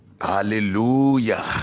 Hallelujah